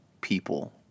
people